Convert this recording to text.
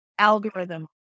algorithm